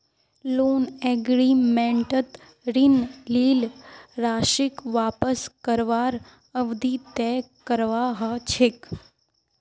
loan एग्रीमेंटत ऋण लील राशीक वापस करवार अवधि तय करवा ह छेक